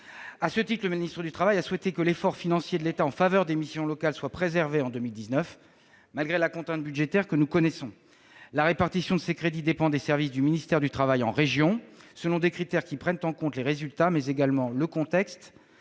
À ce titre, Mme la ministre du travail a souhaité que l'effort financier de l'État en faveur des missions locales soit préservé en 2019, malgré la contrainte budgétaire que nous connaissons. La répartition de ces crédits dépend des services du ministère du travail en régions, selon des critères qui prennent en compte les résultats des missions locales,